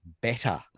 better